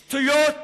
שטויות,